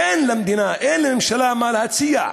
אין למדינה, אין לממשלה מה להציע.